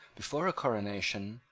before a coronation,